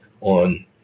on